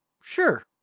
Sure